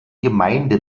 gemeinde